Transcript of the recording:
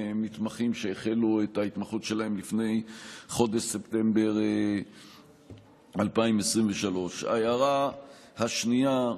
למתמחים שהחלו את ההתמחות שלהם לפני חודש ספטמבר 2023. ההערה השנייה,